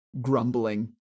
grumbling